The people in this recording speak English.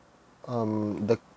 um the